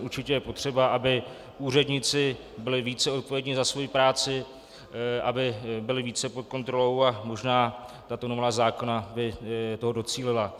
Určitě je potřeba, aby úředníci byli více odpovědni za svoji práci, aby byli více pod kontrolou, a možná tato novela zákona by toho docílila.